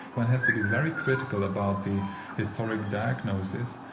one has to be very critical about the historical diagnosis.